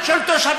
כי היא מפירה,